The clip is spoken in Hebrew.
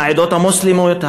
העדות המוסלמיות,